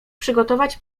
przygotować